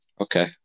Okay